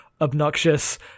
obnoxious